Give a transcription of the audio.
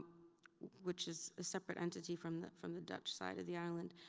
which is a separate entity from the from the dutch side of the island.